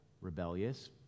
rebellious